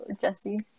Jesse